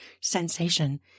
sensation